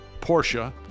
Porsche